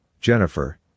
Jennifer